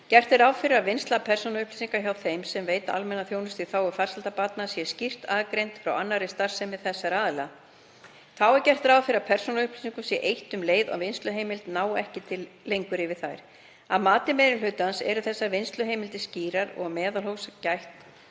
Gert er ráð fyrir að vinnsla persónuupplýsinga hjá þeim sem veita almenna þjónustu í þágu farsældar barna sé skýrt aðgreind frá annarri starfsemi þessara aðila. Þá er gert ráð fyrir að persónuupplýsingum sé eytt um leið og vinnsluheimildir ná ekki lengur yfir þær. Að mati meiri hlutans eru þessar vinnsluheimildir skýrar og meðalhófs gætt